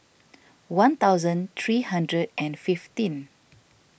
one thousand three hundred and fifteen